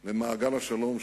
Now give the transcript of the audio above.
של מצרים למעגל השלום,